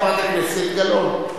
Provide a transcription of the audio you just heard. חברת הכנסת גלאון.